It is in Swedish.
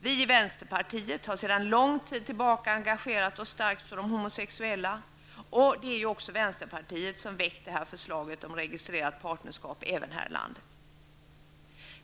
Vi i vänsterpartiet har sedan lång tid tillbaka engagerat oss starkt för de homosexuella, och det är vänsterpartiet som har väckt förslaget om registrerat partnerskap även här i landet.